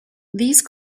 these